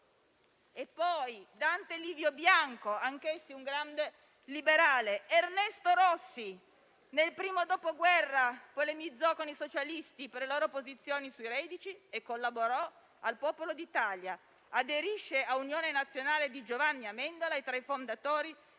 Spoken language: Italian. Dante Livio Bianco fu anch'egli un grande liberale. Ernesto Rossi nel Primo dopoguerra polemizzò con i socialisti per le loro posizioni sui reduci; collaborò al Popolo d'Italia, aderì all'Unione Nazionale di Giovanni Amendola, fu tra i fondatori